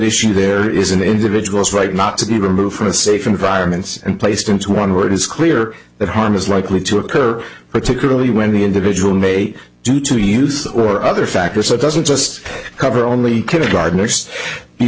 issue there is an individual's right not to be removed from a safe environment and placed into one word it's clear that harm is likely to occur particularly when the individual may do to use or other factors that doesn't just cover only kindergart